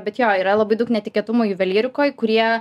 bet jo yra labai daug netikėtumų juvelyrikoj kurie